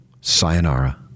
Sayonara